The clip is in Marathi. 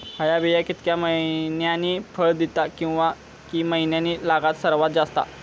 हया बिया कितक्या मैन्यानी फळ दिता कीवा की मैन्यानी लागाक सर्वात जाता?